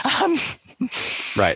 Right